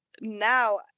now